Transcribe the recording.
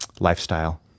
lifestyle